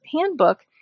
handbook